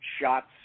shots